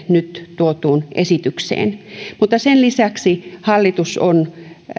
nyt tuotuun esitykseen mutta sen lisäksi hallitus on